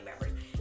members